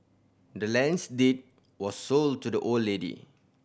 the land's deed was sold to the old lady